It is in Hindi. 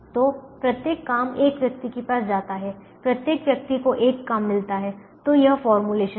तो प्रत्येक काम एक व्यक्ति के पास जाता है प्रत्येक व्यक्ति को एक काम मिलता है तो यह फॉर्मूलेशन है